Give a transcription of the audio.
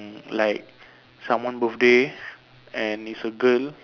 mm like someone birthday and it's a girl